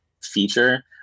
feature